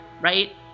right